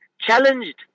challenged